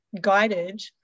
guided